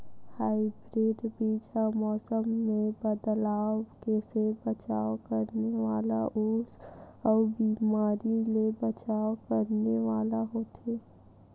hybrid बीज हा मौसम मे बदलाव से बचाव करने वाला अउ बीमारी से बचाव करने वाला होथे